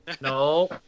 No